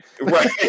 Right